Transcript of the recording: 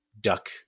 duck